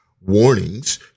warnings